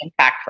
impactful